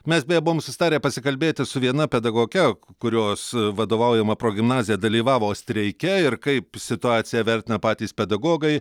mes beje buvom susitarę pasikalbėti su viena pedagoge kurios vadovaujama progimnazija dalyvavo streike ir kaip situaciją vertina patys pedagogai